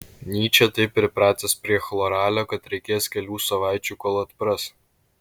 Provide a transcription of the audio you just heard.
nyčė taip pripratęs prie chloralio kad reikės kelių savaičių kol atpras